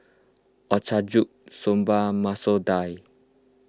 Ochazuke Soba Masoor Dal